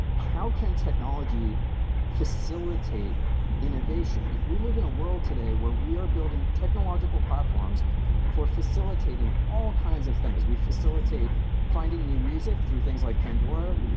how can technology facilitate innovation? we live in a world today where we are building technological platforms for facilitating all kinds of things. we facilitate finding new music, through things like pandora.